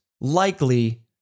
likely